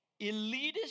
elitist